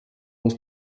aus